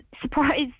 surprise